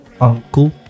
uncle